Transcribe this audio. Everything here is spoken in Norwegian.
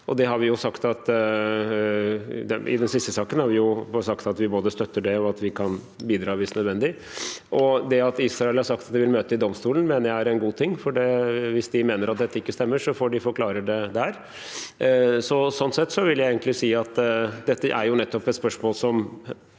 I den siste saken har vi sagt at vi både støtter det, og at vi kan bidra hvis nødvendig. Det at Israel har sagt at de vil møte i domstolen, mener jeg er en god ting. Hvis de mener at dette ikke stemmer, så får de forklare det der. Sånn sett vil jeg egentlig si at dette nettopp er et spørsmål som